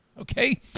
Okay